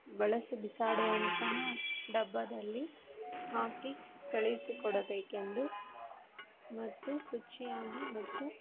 ಬಳಸಿ ಬಿಸಾಡುವಂತಹ ಡಬ್ಬದಲ್ಲಿ ಹಾಕಿ ಕಳುಹಿಸಿ ಕೊಡಬೇಕೆಂದು ಮತ್ತು ಶುಚಿಯಾಗಿ ಮತ್ತು